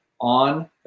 on